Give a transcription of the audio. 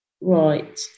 Right